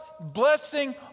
blessing